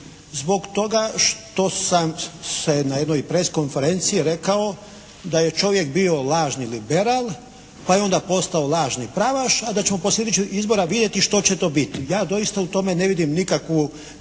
zbog toga što sam se na jednoj press konferenciji rekao da je čovjek bio lažni liberal, pa je onda postao lažni pravaš, a da ćemo poslije slijedećih izbora vidjeti što će to biti. Ja doista u tome ne vidim nikakvu